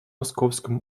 московском